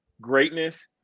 greatness